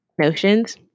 notions